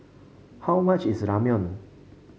how much is Ramyeon